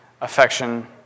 affection